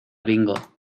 bingo